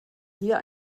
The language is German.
hier